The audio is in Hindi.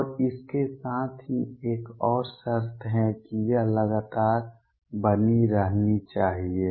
और इसके साथ ही एक और शर्त है कि यह लगातार बनी रहनी चाहिए